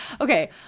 Okay